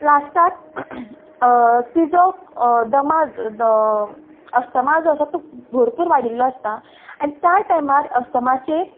लास्टाक तिजो दमा अस्थमा जो आसा तो भरपूर वाडिल्लो आसता आनी त्या टायमार अस्तमाचेर